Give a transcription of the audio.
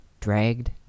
dragged